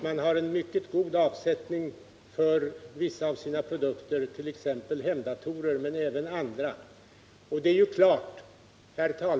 Man har mycket god avsättning för vissa av sina produkter, t.ex. hemdatorer, men även andra.